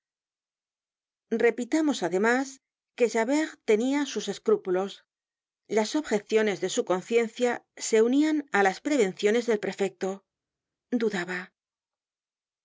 repitamos además que javert tenia sus escrúpulos las objecionesde su conciencia se unian á las prevenciones del prefecto dudaba